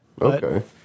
Okay